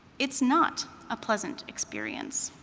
it's not a pleasant experience.